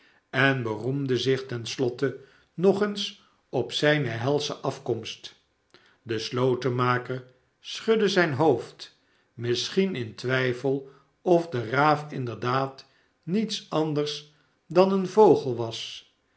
en beroemde zich ten slotte nog eens op zijne helsche afkomst de slotenmaker schudde zijn hoofd misschien in twijfel of de raaf inderdaad niets anders dan een vogel was